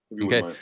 Okay